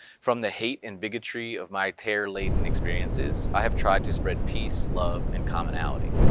from the hate and bigotry of my terror laden experiences, i have tried to spread peace, love, and commonality.